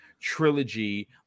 trilogy